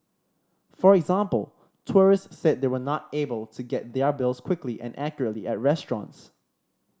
for example tourists said they were not able to get their bills quickly and accurately at restaurants